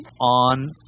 on